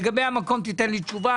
לגבי המקום תיתן לי תשובה.